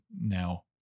now